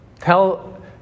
Tell